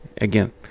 Again